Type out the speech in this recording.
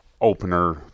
opener